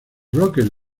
bloques